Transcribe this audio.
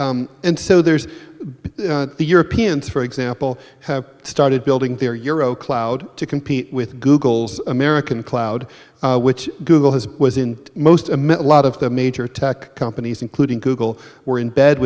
a and so there's the europeans for example have started building their euro cloud to compete with google's american cloud which google has was in most amid a lot of the major attack companies including google were in bed